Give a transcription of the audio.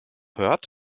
hört